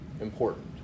important